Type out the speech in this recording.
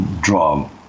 draw